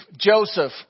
Joseph